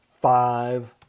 five